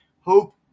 Hope